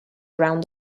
around